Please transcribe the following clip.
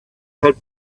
had